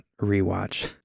rewatch